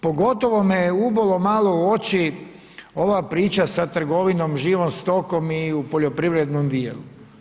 Pogotovo me je ubolo malo u oči ova priča sa trgovinom živom stokom i u poljoprivrednom dijelu.